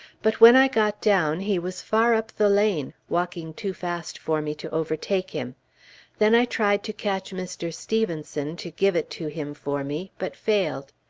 but when i got down, he was far up the lane, walking too fast for me to overtake him then i tried to catch mr. stephenson, to give it to him for me, but failed.